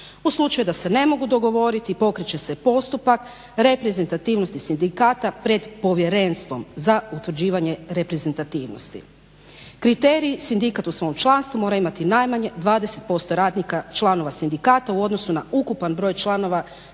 U slučaju da se ne mogu dogovoriti pokreće se postupak reprezentativnosti sindikata pred povjerenstvom za utvrđivanje reprezentativnosti. Kriteriji sindikat u svom članstvu mora imati najmanje 20% radnika, članova sindikata u odnosu na ukupan broj članova sindikata,